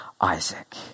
Isaac